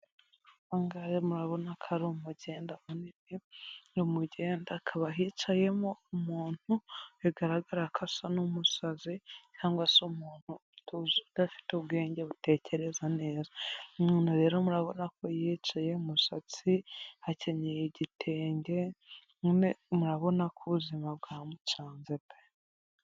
Aha ngaha rero murabona ko ari umugenda munini, ni umugenda hakaba hicayemo umuntu bigaragara ko asa nk'umusazi cyangwa se umuntuje udafite ubwenge butekereza neza, none rero murabona ko yicaye umusatsi hakenyeye igitenge, nyine murabona ko ubuzima bwamucanze pe.